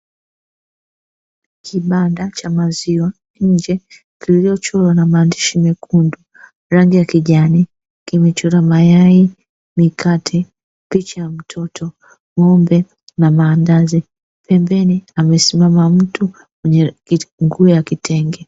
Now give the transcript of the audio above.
Kibanda cha maziwa nje kilichochorwa na maandishi mekundu, rangi ya kijani kimechorwa mayai, mikate, picha ya mtoto, ng'ombe na maandazi, pembeni amesimama mtu mwenye nguo ya kitenge.